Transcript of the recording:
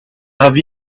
have